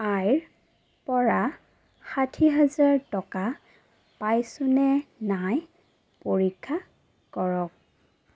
আইৰ পৰা ষাঠি হাজাৰ টকা পাইছোঁনে নাই পৰীক্ষা কৰক